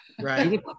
Right